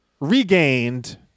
regained